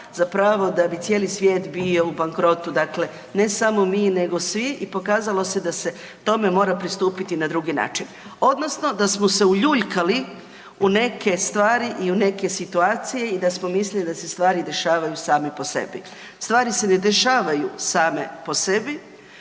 zapravo da bi cijeli svijet bio u bankrotu. Dakle ne samo mi nego svi i pokazalo se da se tome mora pristupiti na drugi način odnosno da smo se uljuljkali u neke stvari i u neke situacije i da smo mislili da se stvari dešavaju same po sebi. Stvari se ne dešavaju same po sebi